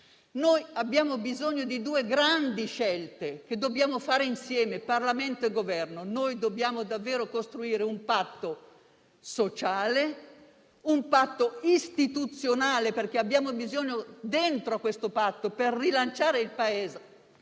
Noi abbiamo bisogno di due grandi scelte che dobbiamo fare insieme, Parlamento e Governo: dobbiamo davvero costruire un patto sociale e un patto istituzionale, perché abbiamo bisogno, per rilanciare il Paese,